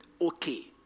okay